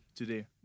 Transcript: Today